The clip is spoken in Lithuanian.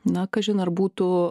na kažin ar būtų